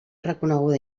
reconeguda